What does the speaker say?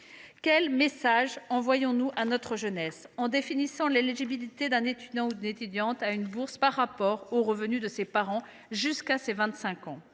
Quel message envoyons nous à notre jeunesse, en définissant l’éligibilité d’un étudiant à une bourse par rapport aux revenus de ses parents jusqu’à ses 25 ans ?